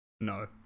No